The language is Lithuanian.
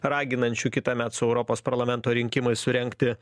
raginančių kitąmet su europos parlamento rinkimais surengti